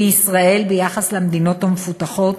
גבוהים בישראל בהשוואה למדינות המפותחות,